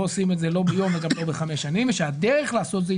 לא עושים את זה לא ביום וגם לא בחמש שנים ושהדרך לעשות את זה היא